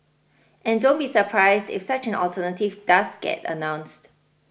and don't be surprised if such an alternative does get announced